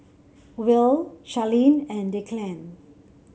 will Charlene and Declan